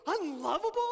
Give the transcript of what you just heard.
Unlovable